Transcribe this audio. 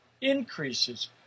increases